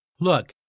Look